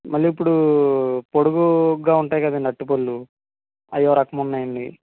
మళ్ళీ ఇప్పుడూ పొడుగుగా ఉంటాయికదండి అరటిపళ్ళు అవి ఒక రకము ఉన్నాయండి